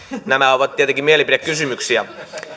nämä ovat tietenkin mielipidekysymyksiä